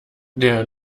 der